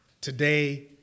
Today